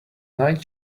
night